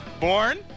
Born